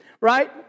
right